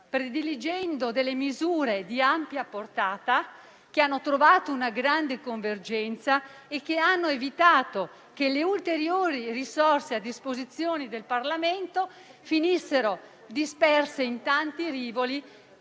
prediligendo misure di ampia portata, che hanno trovato una grande convergenza e hanno evitato che le ulteriori risorse a disposizione del Parlamento finissero disperse in tanti rivoli,